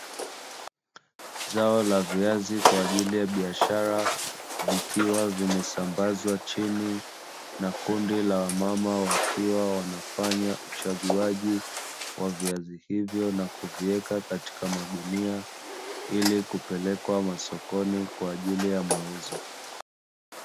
Zao la viazi kwa ajili ya biashara, vikiwa vimesambazwa chini na kundi la wamama wakiwa wanafanya uchaguaji wa viazi hivyo na kuviweka katika magunia, ili kupelekwa masokoni kwa ajili ya mauzo.